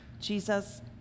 Jesus